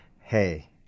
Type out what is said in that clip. hey